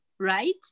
Right